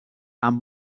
amb